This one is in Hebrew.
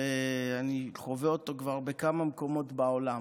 ואני חווה אותו כבר בכמה מקומות בעולם.